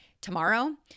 Tomorrow